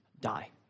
die